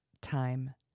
time